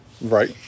Right